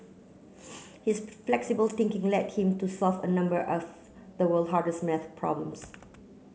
his flexible thinking led him to solve a number of the world hardest maths problems